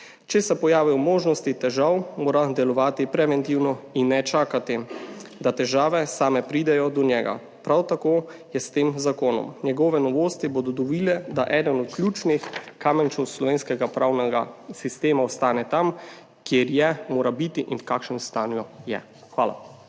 Če se pojavijo možnosti težav, mora delovati preventivno in ne čakati, da težave same pridejo do njega. Prav tako je s tem zakonom. Njegove novosti bodo dovolile, da eden od ključnih kamenčkov slovenskega pravnega sistema ostane tam, kjer je, mora biti in v kakršnem stanju je. Hvala.